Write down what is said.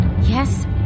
Yes